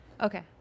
Okay